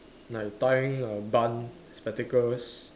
like tying a bun spectacles